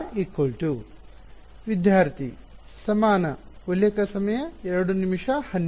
n1 n1 n ವಿದ್ಯಾರ್ಥಿ ಸಮಾನ ಉಲ್ಲೇಖ ಸಮಯ 0212